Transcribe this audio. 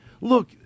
Look